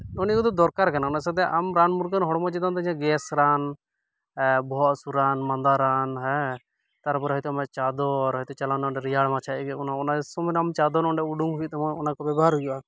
ᱦᱚᱜᱼᱚᱸᱭ ᱱᱤᱭᱟᱹ ᱠᱚᱫᱚ ᱫᱚᱨᱠᱟᱨ ᱠᱟᱱᱟ ᱚᱱᱟ ᱥᱚᱫᱽᱫᱮ ᱟᱢ ᱨᱟᱱ ᱢᱩᱨᱜᱟᱹᱱ ᱦᱚᱲᱢᱚ ᱪᱮᱛᱟᱱ ᱜᱮᱥ ᱨᱟᱱ ᱵᱚᱦᱚᱜ ᱦᱟᱹᱥᱩ ᱨᱟᱱ ᱢᱟᱸᱫᱟ ᱨᱟᱱ ᱛᱟᱨᱯᱚᱨᱮ ᱦᱚᱭᱛᱚ ᱟᱢᱟᱜ ᱪᱟᱫᱚᱨ ᱦᱚᱭᱛᱚ ᱪᱟᱞᱟᱣᱱᱟ ᱚᱸᱰᱮ ᱨᱮᱭᱟᱲ ᱢᱟᱪᱷᱟ ᱟᱹᱭᱠᱟᱹᱜ ᱠᱟᱱᱟ ᱚᱱᱟ ᱥᱚᱢᱚᱭᱨᱮ ᱟᱢ ᱪᱟᱫᱚᱨ ᱚᱸᱰᱮᱢ ᱩᱰᱩᱝ ᱦᱩᱭᱩᱜ ᱛᱟᱢᱟ ᱚᱱᱟᱠᱚ ᱵᱮᱵᱚᱦᱟᱨ ᱦᱩᱭᱩᱜᱼᱟ